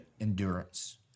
endurance